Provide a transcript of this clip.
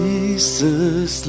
Jesus